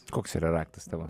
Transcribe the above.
koks yra raktas tavo